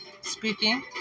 speaking